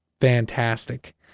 fantastic